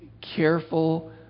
careful